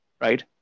right